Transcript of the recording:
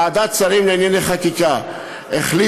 ועדת השרים לענייני חקיקה החליטה,